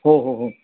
हो हो हो